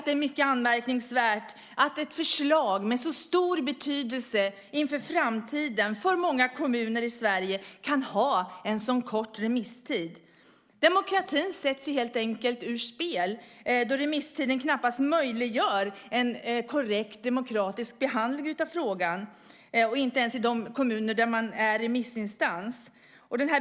Det är mycket anmärkningsvärt att ett förslag med så stor betydelse för framtiden för många kommuner i Sverige kan ha en sådan kort remisstid. Demokratin sätts helt enkelt ur spel då remisstiden knappast möjliggör en korrekt demokratisk behandling av frågan ens i de kommuner som är remissinstans.